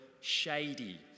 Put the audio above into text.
shady